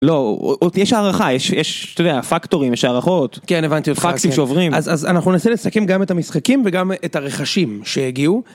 לא, עוד יש הערכה, יש, אתה יודע, פקטורים, יש הערכות. כן, הבנתי אותך, כן, פקסים שעוברים. אז אנחנו ננסה לסכם גם את המשחקים וגם את הרכשים שהגיעו.